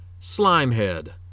Slimehead